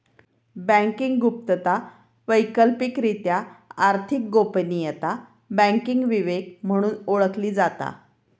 banking गुप्तता, वैकल्पिकरित्या आर्थिक गोपनीयता, बँकिंग विवेक म्हणून ओळखली जाता